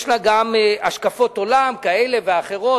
יש לגביה גם השקפות עולם כאלה ואחרות,